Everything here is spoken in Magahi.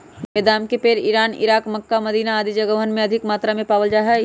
बेदाम के पेड़ इरान, इराक, मक्का, मदीना आदि जगहवन में अधिक मात्रा में पावल जा हई